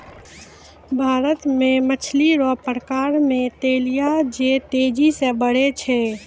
भारत मे मछली रो प्रकार मे तिलैया जे तेजी से बड़ै छै